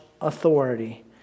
authority